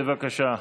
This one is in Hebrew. בבקשה.